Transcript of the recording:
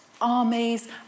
armies